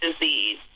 disease